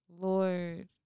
Lord